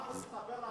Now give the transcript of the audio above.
ששר החוץ יספר לנו